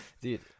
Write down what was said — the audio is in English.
Dude